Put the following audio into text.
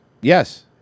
Yes